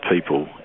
people